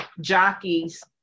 jockeys